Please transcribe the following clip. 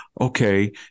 Okay